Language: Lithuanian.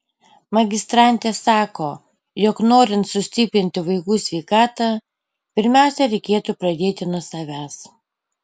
magistrantė sako jog norint sustiprinti vaikų sveikatą pirmiausia reikėtų pradėti nuo savęs